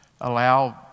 Allow